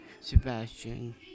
Sebastian